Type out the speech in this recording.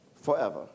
forever